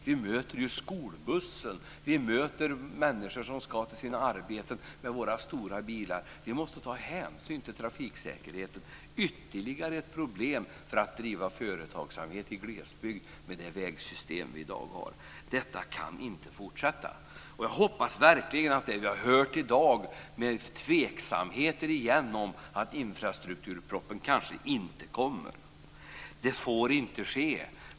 Vi möter ju skolbussen och människor som ska till sina arbeten med våra stora bilar. Vi måste ta hänsyn till trafiksäkerheten. Det är ytterligare ett problem för företagsamheten i glesbygd med det vägsystem vi i dag har. Detta kan inte fortsätta. Vi har i dag återigen hört tveksamheter när det gäller infrastrukturpropositionen. Den kanske inte kommer. Det får inte ske.